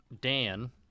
Dan